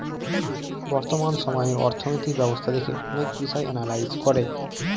বর্তমান সময়ে অর্থনৈতিক ব্যবস্থা দেখে অনেক বিষয় এনালাইজ করে